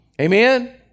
amen